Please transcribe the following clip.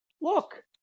look